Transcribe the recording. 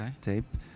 tape